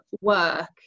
work